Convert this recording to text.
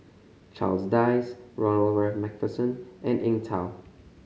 Charles Dyce Ronald Macpherson and Eng Tow